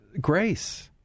grace